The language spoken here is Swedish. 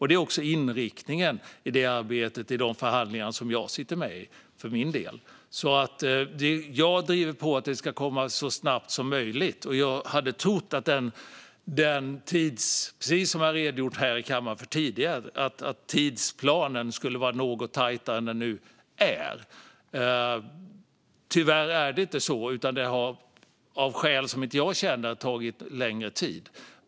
Det är också inriktningen på arbetet i de förhandlingar som jag sitter med i. Jag driver på för att detta ska komma så snabbt som möjligt. Jag hade trott, precis som jag redogjort för här i kammaren tidigare, att tidsplanen skulle vara något tajtare än den nu är. Tyvärr är det inte så. Av skäl som inte jag känner har det tagit längre tid.